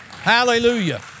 Hallelujah